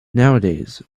nowadays